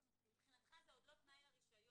מבחינתך זה עוד לא תנאי לרישיון.